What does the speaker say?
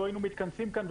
לא היינו מתכנסים כאן,